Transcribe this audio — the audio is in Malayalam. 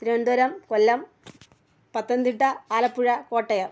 തിരുവനന്തപുരം കൊല്ലം പത്തനംതിട്ട ആലപ്പുഴ കോട്ടയം